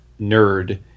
nerd